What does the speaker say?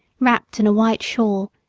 wrapped in a white shawl,